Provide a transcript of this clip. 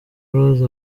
rose